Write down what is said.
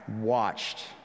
watched